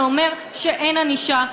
זה אומר שאין ענישה,